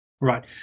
Right